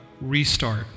restart